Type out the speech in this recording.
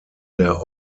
der